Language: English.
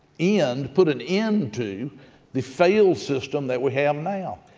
end put an end to the failed system that we have um now.